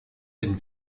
den